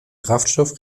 kraftstoff